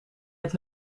het